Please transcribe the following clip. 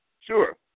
Sure